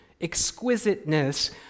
exquisiteness